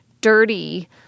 dirty